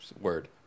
word